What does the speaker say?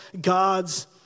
gods